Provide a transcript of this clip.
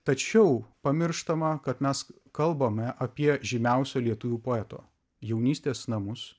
tačiau pamirštama kad mes kalbame apie žymiausio lietuvių poeto jaunystės namus